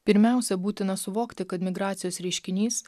pirmiausia būtina suvokti kad migracijos reiškinys